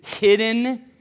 hidden